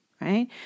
right